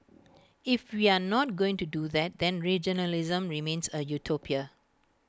if we are not going to do that then regionalism remains A utopia